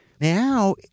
Now